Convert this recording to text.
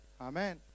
amen